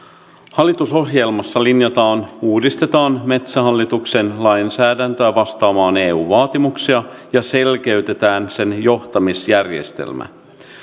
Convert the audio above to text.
hallitusohjelmassa linjataan uudistetaan metsähallituksen lainsäädäntöä vastaamaan eun vaatimuksia ja selkeytetään sen johtamisjärjestelmä